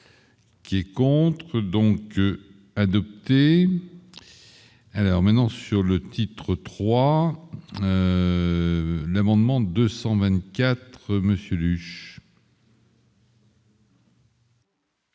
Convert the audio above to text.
Qui est contre, donc adopté alors maintenant sur le titre 3 l'amendement 224 monsieur